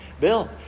Bill